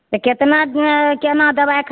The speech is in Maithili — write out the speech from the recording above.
तऽ केतना केना दबाई खैबै